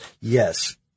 Yes